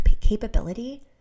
capability